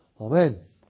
Amen